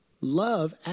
Love